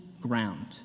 ground